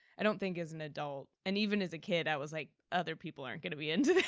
i don't think as an adult and even as a kid i was like, other people aren't going to be into this.